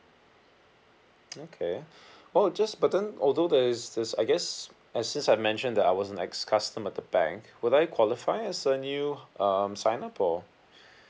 okay oh just but then although there is this I guess as just I mention that I was an ex customer at the bank would I qualify as a new um sign up or